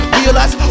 realize